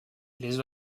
les